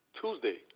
Tuesday